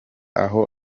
aho